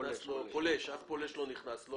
שאף פולש לא נכנס,